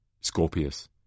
Scorpius